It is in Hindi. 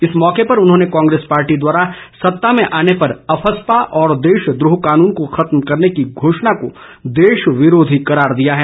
इस मौके पर उन्होंने कांग्रेस पार्टी द्वारा सत्ता में आने पर अफ़स्पा और देशद्रोह कानून को खत्म करने की घोषणा को देश विरोधी करार दिया है